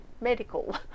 medical